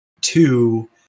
two